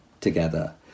together